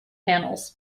panels